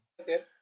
Okay